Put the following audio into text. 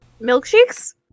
Milkshakes